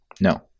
No